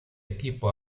equipo